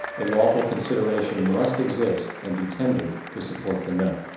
a lawful consideration must exist and be tendered to support the note.